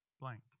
blank